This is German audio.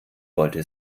wollte